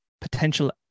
potential